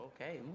Okay